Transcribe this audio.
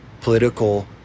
political